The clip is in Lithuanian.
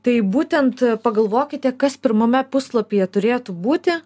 tai būtent pagalvokite kas pirmame puslapyje turėtų būti